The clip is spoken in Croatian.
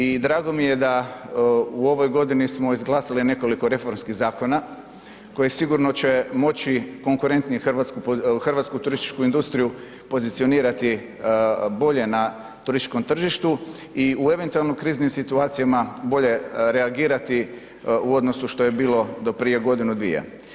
I drago mi je da smo u ovoj godini izglasali nekoliko reformskih zakona koji će sigurno moći konkurentnije hrvatsku turističku industriju pozicionirati bolje na turističkom tržištu i u eventualno kriznim situacijama bolje reagirati u odnosu što je bilo do prije godinu, dvije.